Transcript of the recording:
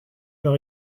par